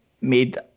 made